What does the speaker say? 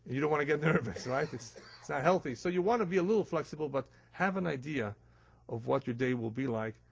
don't want to get nervous. right? it's not healthy. so you want to be a little flexible, but have an idea of what your day will be like.